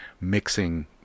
mixing